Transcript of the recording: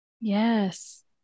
Yes